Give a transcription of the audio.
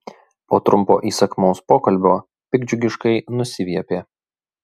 po trumpo įsakmaus pokalbio piktdžiugiškai nusiviepė